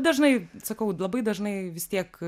dažnai sakau labai dažnai vis tiek